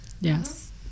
Yes